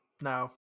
No